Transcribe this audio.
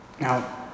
Now